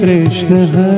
Krishna